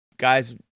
Guys